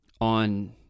on